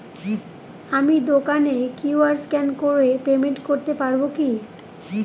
আমি দোকানে QR scan করে পেমেন্ট করতে পারবো কি?